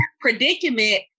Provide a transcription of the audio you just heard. predicament